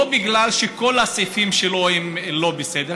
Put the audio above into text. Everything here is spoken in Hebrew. לא בגלל שכל הסעיפים שלו הם לא בסדר,